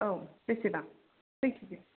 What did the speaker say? औ बेसेबां कय केजि